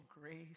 grace